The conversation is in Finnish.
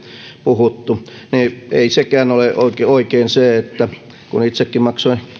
puhuttu eli ei ole oikein oikein sekään että kun itsekin maksoin